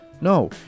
No